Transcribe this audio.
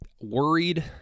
worried